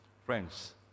Friends